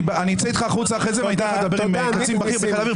אני אצא איתך החוצה ואני אתן לך לדבר עם קצין בכיר בחיל האוויר.